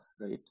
right